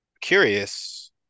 Curious